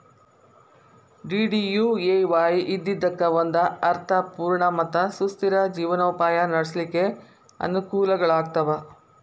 DDUAY ಇದ್ದಿದ್ದಕ್ಕ ಒಂದ ಅರ್ಥ ಪೂರ್ಣ ಮತ್ತ ಸುಸ್ಥಿರ ಜೇವನೊಪಾಯ ನಡ್ಸ್ಲಿಕ್ಕೆ ಅನಕೂಲಗಳಾಗ್ತಾವ